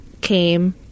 came